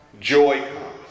joy